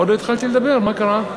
עוד לא התחלתי לדבר, מה קרה?